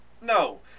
No